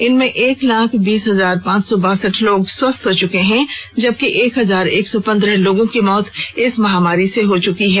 इनमें एक लाख बीस हजार पांच सौ बासठ लोग स्वस्थ हो चुके हैं जबकि एक हजार एक सौ पंद्रह लोगो की मौत इस महामारी से हो चुकी है